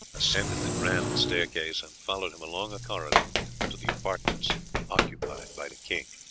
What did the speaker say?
ascended the grand staircase and followed him along a corridor to the apartments occupied by the king.